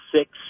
six